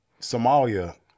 Somalia